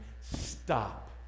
Stop